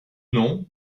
nom